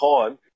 time –